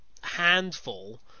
handful